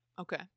Okay